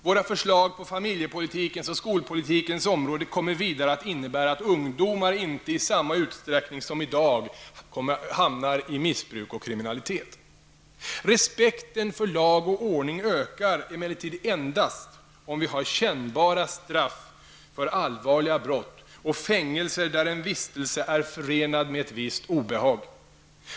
Våra förslag på familjepolitikens och skolpolitikens område -- kommer vidare att innebära att ungdomar inte i samma utsträckning som i dag hamnar i missbruk och kriminalitet. Respekten för lag och ordning ökar emellertid endast om vi har kännbara straff för allvarliga brott och fängelser där en vistelse är förenad med ett visst obehag.